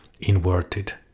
inverted